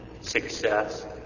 success